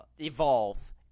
evolve